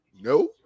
No